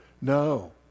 No